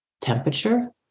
temperature